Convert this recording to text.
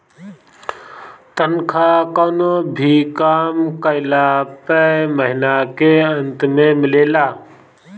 तनखा कवनो भी काम कइला पअ महिना के अंत में मिलेला